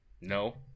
No